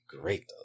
great